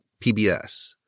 PBS